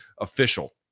official